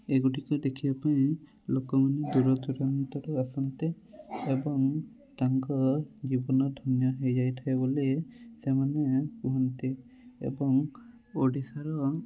ଏଗୁଡ଼ିକୁ ଦେଖିବା ପାଇଁ ଲୋକମାନେ ଦୂରଦୂରାନ୍ତରୁ ଆସନ୍ତି ଏବଂ ତାଙ୍କ ଜୀବନ ଧନ୍ୟ ହୋଇଯାଇଥାଏ ବୋଲି ସେମାନେ କୁହନ୍ତି ଏବଂ ଓଡ଼ିଶାର